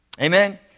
Amen